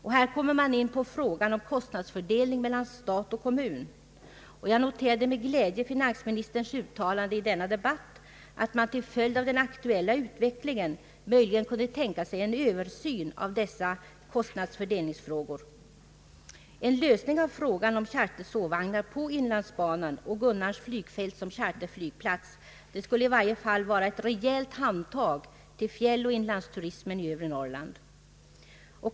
Här kommer man in på frågan om kostnadsfördelning mellan stat och kommun. Jag noterar med glädje finansministerns uttalande i denna debatt att man till följd av den aktuella utvecklingen möjligen kunde tänka sig en översyn av dessa kostnadsfördelningsfrågor. En lösning av frågan om chartersovvagnar på inlandsbanan och av frågan om Gunnarns flygfält som charterflygplats skulle i varje fall vara ett rejält handtag till fjälloch inlandsturismen i övre Norrland.